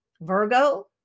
Virgo